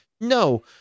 No